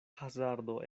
hazardo